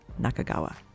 Nakagawa